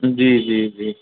जी जी जी